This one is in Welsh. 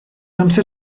amser